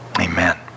Amen